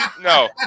No